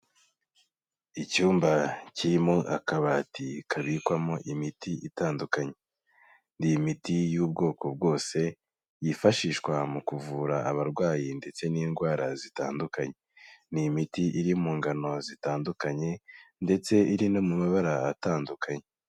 Icyumba kirimo akabati kabikwamo imiti itandukanye, ni imiti y'ubwoko bwose yifashishwa mu kuvura abarwayi ndetse n'indwara zitandukanye, ni imiti iri mu ngano zitandukanye, ndetse iri no mu mabara atandukanye.